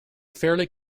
fairly